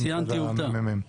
ציינתי עובדה.